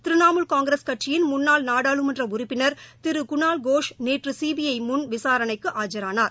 திரிணாமூல் காங்கிரஸ் கட்சியின் முன்னாள் நாடாளுமன்ற உறுப்பினர் திரு குணால் கோஷ் நேற்று சிபிஐ முன் விசாரணைக்கு ஆஜரானார்